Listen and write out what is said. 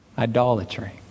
Idolatry